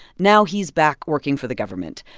now he's back working for the government.